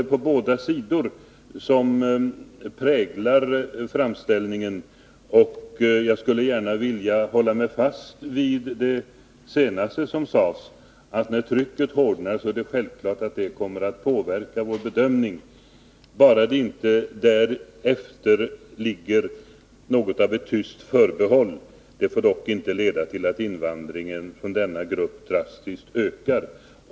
Framställningen präglas av ett haltande på båda sidor, och jag skulle gärna vilja hålla fast vid det senaste som sades, nämligen att det är självklart att om trycket hårdnar, kommer det att påverka vår bedömning. Det får dock därefter inte bli något av ett tyst förbehåll, att det inte får leda till att invandringen från denna grupp drastiskt ökar.